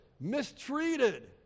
mistreated